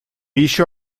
еще